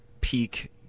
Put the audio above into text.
peak